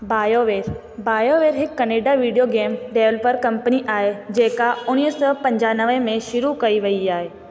बायोवेर BioWare हिकु Canada video game developer company आहे जेका उणिवीह सौ पंजानवे में शुरू कई वई आहे